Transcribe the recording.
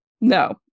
No